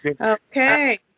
Okay